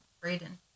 Braden